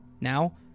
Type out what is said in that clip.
Now